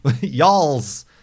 y'alls